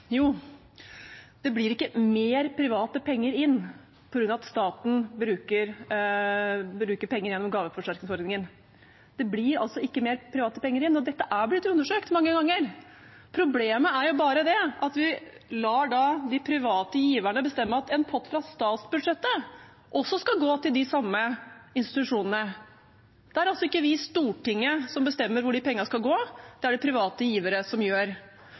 Jo, det kommer ikke mer private penger inn på grunn av at staten bruker penger gjennom gaveforsterkningsordningen. Det kommer ikke mer private penger inn, og dette er blitt undersøkt mange ganger. Problemet er jo at vi lar de private giverne bestemme at en pott fra statsbudsjettet også skal gå til de samme institusjonene. Det er altså ikke vi i Stortinget som bestemmer hvor de pengene skal gå, det er det private givere som gjør.